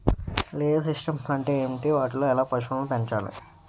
Layer systems అంటే ఏంటి? వాటిలో ఎలా పశువులను పెంచాలి?